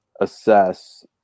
assess